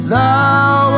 Thou